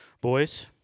Boys